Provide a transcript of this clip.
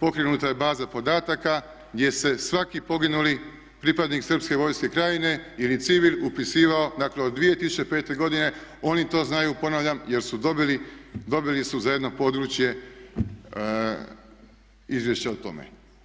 pokrenuta je baza podataka gdje se svaki poginuli pripadnik srpske vojske Krajine ili civil upisivao dakle od 2005. godine oni to znaju ponavljam jer su dobili, dobili su za jedno područje izvješće o tome.